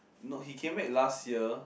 no he came back last year